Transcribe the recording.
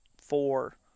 four